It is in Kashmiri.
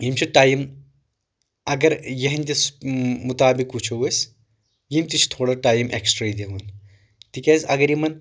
یِم چھِ ٹایِم اگر یِہنٛدس مُطابق وٕچھو أسۍ یِم تہِ چھِ تھوڑا ٹایِم اٮ۪کٕسٹرا ہٕے دِوان تِکیٛازِ اگر یِمن